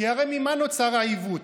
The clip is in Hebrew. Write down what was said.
כי הרי ממה נוצר העיוות?